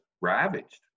ravaged